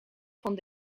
van